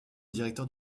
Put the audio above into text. directeur